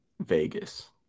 Vegas